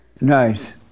Nice